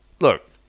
Look